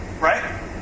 right